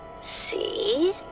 See